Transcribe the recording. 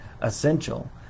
essential